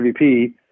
MVP